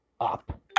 up